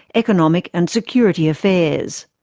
economic and security affairs.